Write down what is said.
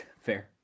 Fair